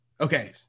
Okay